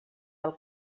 del